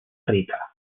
rica